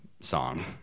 song